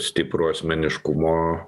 stiprų asmeniškumo